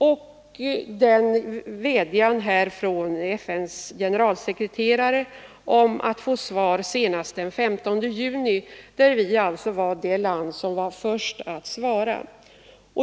Vidare bad FN:s generalsekreterare om svar senast den 15 juni på sin vädjan till regeringarna, och Sverige var det första land som svarade.